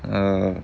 uh